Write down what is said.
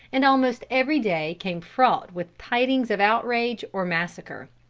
and almost every day came fraught with tidings of outrage or massacre.